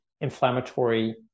inflammatory